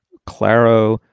claro,